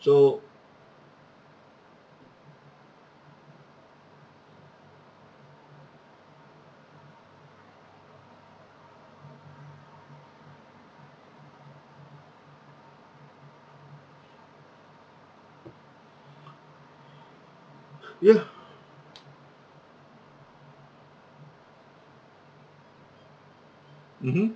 so ya mmhmm